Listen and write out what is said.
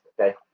okay